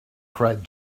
cried